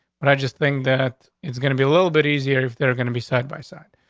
but i just think that it's gonna be a little bit easier if they're gonna be side by side,